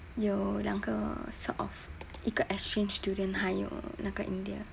有两个 sort of 一个 exchange student 还有那个 india